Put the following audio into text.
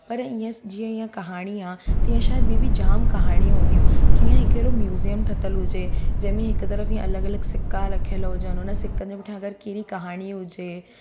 पर इहे जीअं ईअं कहाणी आहे तीअं शायदि ॿी बि जाम कहाणियूं हूंदियूं कीअं हिकु अहिड़ो म्यूज़ियम ठहियलु हुजे जंहिंमें हिकु तर्फ़ हीअं अलॻि अलॻि सिका रखियलु हुजनि उन सिकनि जे पुठिया अगरि कहिड़ी कहाणी हुजे